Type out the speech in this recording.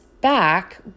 back